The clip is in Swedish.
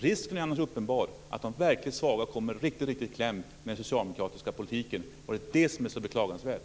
Risken är annars uppenbar att de verkligt svaga kommer riktigt i kläm med den socialdemokratiska politiken. Det är det som är så beklagansvärt.